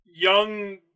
Young